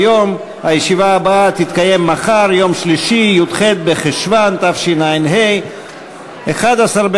גם הצעת חוק התקציב וגם ההצעות הנלוות אושרו